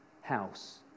house